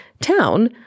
town